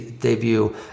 debut